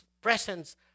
presence